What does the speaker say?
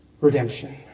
redemption